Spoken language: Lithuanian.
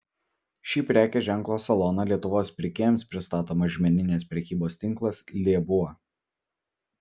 šį prekės ženklo saloną lietuvos pirkėjams pristato mažmeninės prekybos tinklas lėvuo